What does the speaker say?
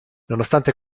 nonostante